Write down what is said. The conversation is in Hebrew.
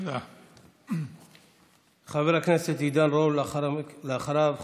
לא נכנס להם שקל.